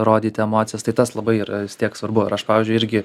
rodyti emocijas tai tas labai yra vis tiek svarbu ir aš pavyzdžiui irgi